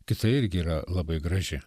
kita irgi yra labai graži